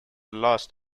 lost